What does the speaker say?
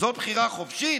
זו בחירה חופשית,